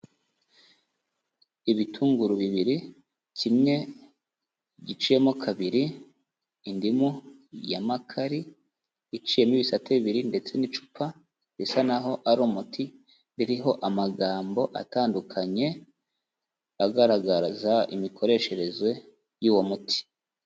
Ibitunguru bibiri kimwe giciyemo kabiri, indimu ya makari iciyemo ibisate bibiri ndetse n'icupa risa naho ari umuti ririho amagambo atandukanye, agaragaza imikoreshereze y'uwo muti.